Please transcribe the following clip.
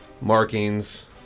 markings